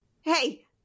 Hey